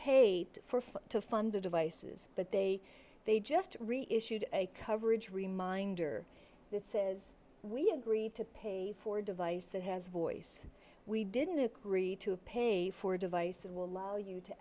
pay for to fund the devices but they they just reissued a coverage reminder that says we agreed to pay for a device that has voice we didn't agree to pay for a device that will allow you to